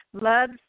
Love